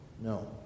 No